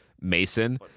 Mason